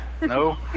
No